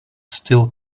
still